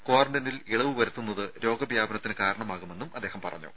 ക്വാറന്റൈനിൽ ഇളവ് വരുത്തുന്നത് രോഗവ്യാപനത്തിന് കാരണമാകുമെന്നും അദ്ദേഹം പറഞ്ഞു